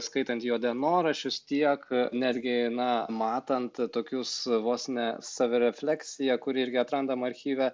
skaitant jo dienoraščius tiek netgi na matant tokius vos ne savirefleksija kuri irgi atrandam archyve